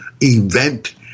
event